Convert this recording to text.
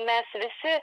mes visi